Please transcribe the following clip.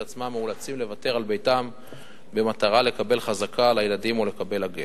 עצמם מאולצים לוותר על ביתם במטרה לקבל חזקה על הילדים או לקבל את הגט,